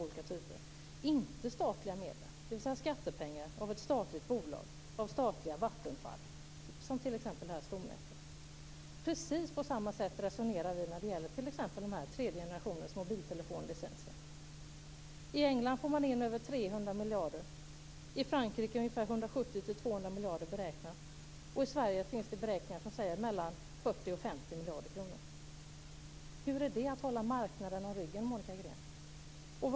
Vi vill inte att man ska använda statliga medel, dvs. skattepengar, statliga bolag som det statliga Vattenfall, som är fallet med t.ex. det här stornätet. Precis på samma sätt resonerar vi när det gäller licenser för tredje generationens mobiltelefoner. I England får man in över 300 miljarder. I Frankrike beräknas det till 170-200 miljarder, och i Sverige finns det beräkningar som talar om mellan 40 miljarder och 50 miljarder kronor. På vilket sätt är detta att hålla marknaden om ryggen, Monica Green?